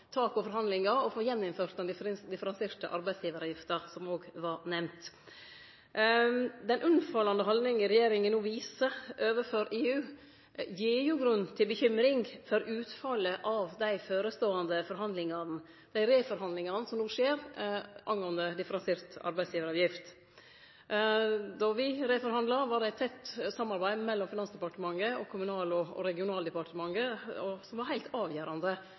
tak i forhandlingane og få gjeninnført den differensierte arbeidsgjevaravgifta, som òg var nemnd. Den unnfallande haldninga regjeringa no viser overfor EU, gir grunn til bekymring for utfallet av dei reforhandlingane som no står for døra angåande differensiert arbeidsgjevaravgift. Då me forhandla, var det eit tett samarbeid mellom Finansdepartementet og Kommunal- og regionaldepartementet som var heilt avgjerande,